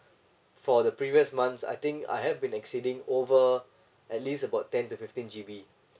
for the previous months I think I have been exceeding over at least about ten to fifteen G_B